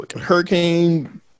hurricane